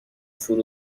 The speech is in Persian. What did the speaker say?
فرو